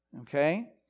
okay